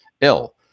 ill